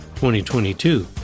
2022